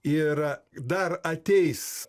ir dar ateis